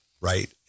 Right